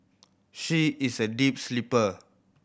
she is a deep sleeper